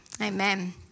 Amen